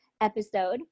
episode